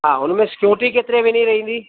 हा हुनमें सिक्योरटी केतिरे महीने रहंदी